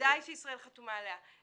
בוודאי שישראל חתומה עליה.